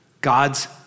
God's